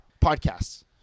podcasts